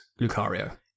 Lucario